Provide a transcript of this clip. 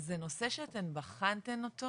זה נושא שאתם בחנתן אותו?